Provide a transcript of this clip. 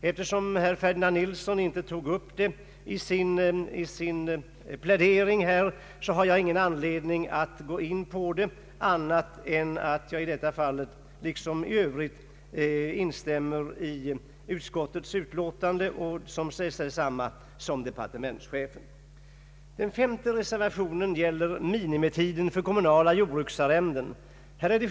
Eftersom herr Ferdinand Nilsson inte tog upp den i sin plädering, har jag ingen anledning att gå in på den på annat sätt än att jag liksom i övrigt ansluter mig till utskottets uppfattning, vilken överensstämmer med departementschefens. Den femte reservationen gäller minimitiden för kommunala jordbruksarrenden.